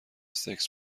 سکس